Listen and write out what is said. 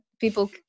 people